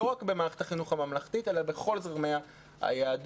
לא רק במערכת החינוך הממלכתית אלא בכל זרמי היהדות,